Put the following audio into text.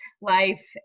life